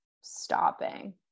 stopping